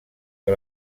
que